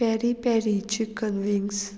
peri peri chicken wings